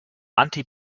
anti